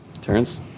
Terrence